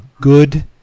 good